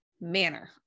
manner